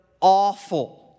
Awful